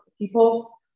people